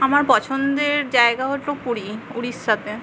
আমার পছন্দের জায়গা হলো পুরী উড়িষ্যাতে